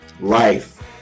Life